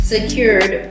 Secured